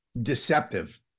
deceptive